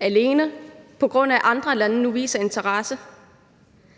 var alene på grund af, at andre lande nu viser interesse.